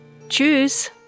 Tschüss